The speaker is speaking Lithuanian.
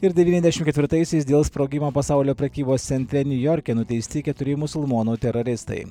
ir devyniasdešim ketvirtaisiais dėl sprogimo pasaulio prekybos centre niujorke nuteisti keturi musulmonų teroristai